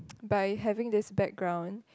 by having this background